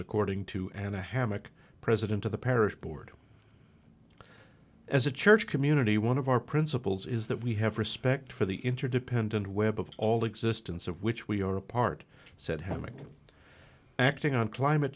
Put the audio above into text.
according to and a hammock president of the parish board as a church community one of our principles is that we have respect for the interdependent web of all existence of which we are a part said having acting on climate